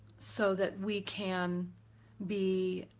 so that we can be,